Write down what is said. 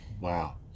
Wow